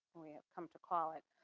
we come to call it.